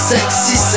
Sexy